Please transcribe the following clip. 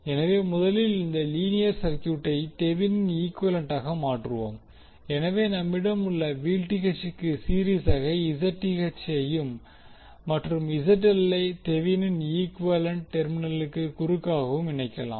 எனவே முதலில் இந்த லீனியர் சர்கியூட்டை தெவினின் ஈக்குவேலன்ட்டாக மாற்றுவோம் எனவே நம்மிடம் உள்ள Vth இற்கு சீரிஸாக Zth யையும் மற்றும் ZL ஐ தெவினின் ஈக்குவேலன்ட் டெர்மினல்களுக்கு குறுக்காகவும் இணைக்கலாம்